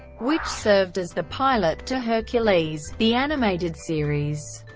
which served as the pilot to hercules the animated series,